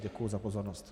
Děkuji za pozornost.